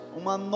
uma